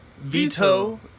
Veto